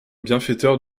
bienfaiteur